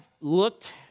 looked